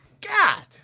God